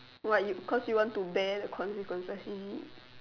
what cause you want to bear the consequences is it